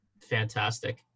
fantastic